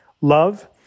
Love